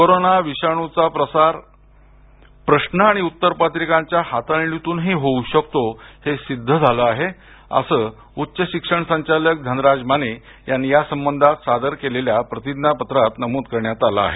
corona विषाणूचा प्रसार प्रश्न आणि उत्तरपत्रिकांच्या हाताळणीतूनही होऊ शकतो हे सिद्ध झालं आहे असल्याचं उच्च शिक्षण संचालक धनराज माने यांनी या संबंधात सादर केलेल्या प्रतिज्ञा पत्रात नमूद करण्यात आलं आहे